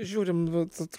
žiūrim vat